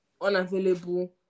unavailable